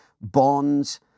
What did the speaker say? bonds